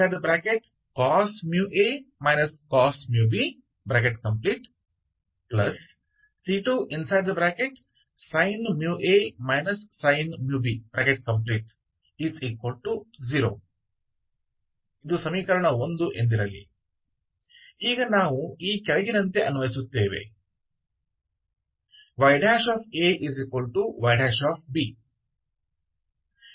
एक vector solution के रूप में c1 और c2 0 नहीं होना चाहिए